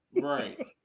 Right